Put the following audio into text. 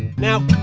now,